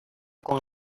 con